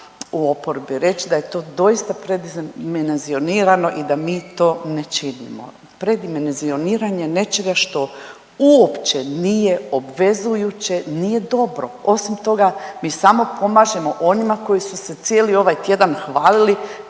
u oporbi reći da je to doista predimenzionirano i da mi to ne činimo. Predimenzioniranje nečega što uopće nije obvezujuće nije dobro, osim toga, mi samo pomažemo onima koji su se cijeli ovaj tjedan hvalili